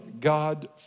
God